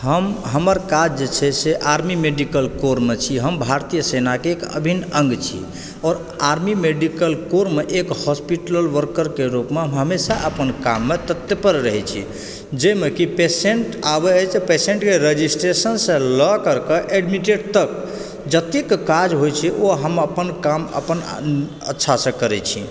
हम हमर काज जे छै से आर्मी मेडिकल कोरमे छी हम भारतीय सेनाके एक अभिन्न अङ्ग छी आओर आर्मी मेडिकल कोरमे एक हॉस्पिटल वर्करके रूपमे हमेशा अपन काममे तत्पर रहेै छी जाहिमे कि पेसेन्ट आबए छै पेसेन्टके रजिस्ट्रेशनसँ लऽकरिके एडमिटेड तक जतेक काज होइ छै आओर हम अपन काम अपन इच्छासँ करए छी